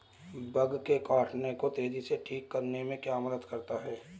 Bug के काटने को तेजी से ठीक करने में क्या मदद करता है?